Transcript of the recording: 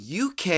UK